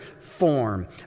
form